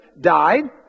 died